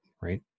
Right